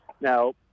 Now